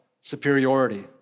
superiority